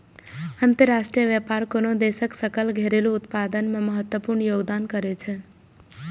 अंतरराष्ट्रीय व्यापार कोनो देशक सकल घरेलू उत्पाद मे महत्वपूर्ण योगदान करै छै